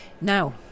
now